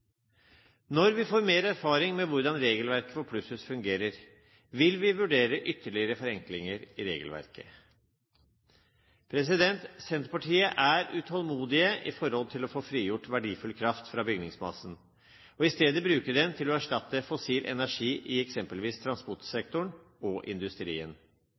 Når vi får mer erfaring med hvordan regelverket for plusshus fungerer, vil vi vurdere ytterligere forenklinger i regelverket. Senterpartiet er utålmodig når det gjelder å få frigjort verdifull kraft fra bygningsmassen og i stedet bruke den til å erstatte fossil energi i eksempelvis transportsektoren og industrien.